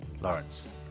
Lawrence